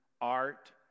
art